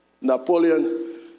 Napoleon